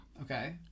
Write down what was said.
Okay